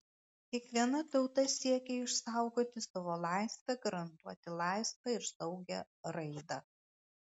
kiekviena tauta siekia išsaugoti savo laisvę garantuoti laisvą ir saugią raidą